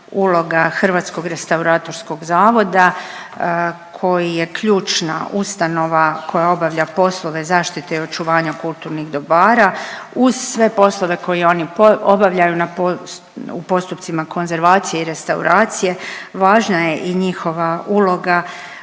Hrvatskog restauratorskog zavoda koji je ključna ustanova koja obavlja poslove zaštite i očuvanja kulturnih dobara uz sve poslove koje oni obavljaju u postupcima konzervacije i restauracije važna je i njihova uloga